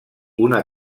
una